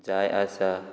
जाय आसा